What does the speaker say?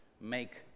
make